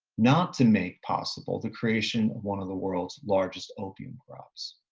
not to make possible the creation of one of the world's largest opium crops.